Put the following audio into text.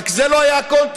רק זה לא היה הקונטקסט,